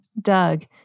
Doug